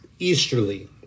Easterly